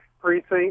precinct